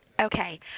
Okay